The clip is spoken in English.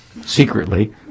secretly